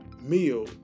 meal